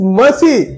mercy